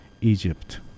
Egypt